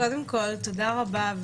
קודם כל, תודה רבה.